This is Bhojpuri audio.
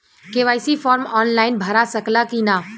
के.वाइ.सी फार्म आन लाइन भरा सकला की ना?